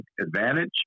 advantage